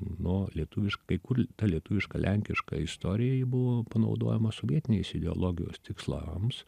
nu lietuviškai kur ta lietuviška lenkiška istorija ji buvo panaudojama sovietinės ideologijos tikslams